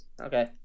okay